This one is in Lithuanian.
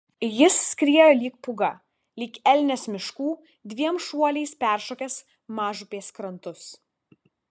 jis skriejo lyg pūga lyg elnias miškų dviem šuoliais peršokęs mažupės krantus